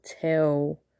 tell